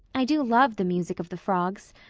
i do love the music of the frogs.